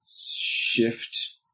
shift